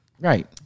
Right